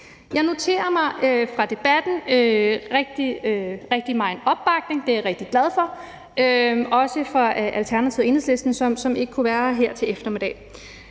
har noteret mig rigtig stor opbakning i debatten – det er jeg rigtig glad for – også fra Alternativet og Enhedslisten, som ikke kunne være her her i eftermiddag.